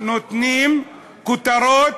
לכל עובד,